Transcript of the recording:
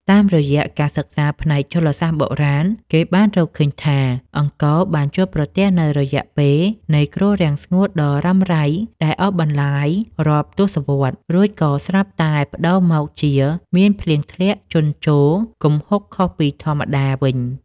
តាមរយៈការសិក្សាផ្នែកជលសាស្ត្របុរាណ គេបានរកឃើញថា អង្គរបានជួបប្រទះនូវរយៈពេលនៃគ្រោះរាំងស្ងួតដ៏រ៉ាំរ៉ៃដែលអូសបន្លាយរាប់ទសវត្សរ៍ រួចក៏ស្រាប់តែប្ដូរមកជាមានភ្លៀងធ្លាក់ជន់ជោរគំហុកខុសពីធម្មតាវិញ។